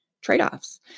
trade-offs